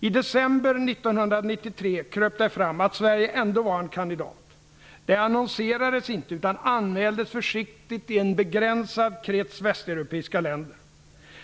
I december 1993 kröp det fram att Sverige ändå var en kandidat. Det annonserades inte utan anmäldes försiktigt i en begränsad krets västeuropeiska länder.